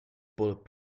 bullet